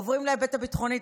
עוברים להיבט הביטחוני.